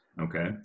Okay